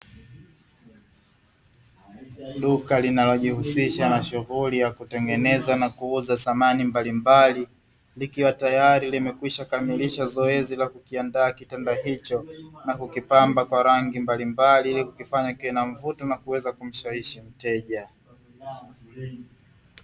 Duka linalojihusisha na shughuli ya kutengeneza na kuuza samani mbalimbali, likiwa tayari limekwisha kamilisha zoezi la kukiandaa kitanda hicho na kukipamba kwa rangi mbalimbali, ili kukifanya kiwe na mvuto na kuweza kumshawishi mteja.